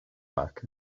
back